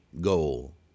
goal